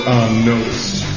unnoticed